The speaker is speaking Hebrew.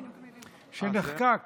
שנחקק